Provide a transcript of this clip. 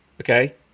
okay